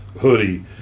hoodie